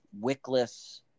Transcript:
wickless